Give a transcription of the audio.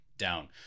down